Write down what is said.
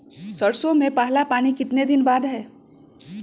सरसों में पहला पानी कितने दिन बाद है?